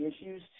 issues